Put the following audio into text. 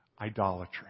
idolatry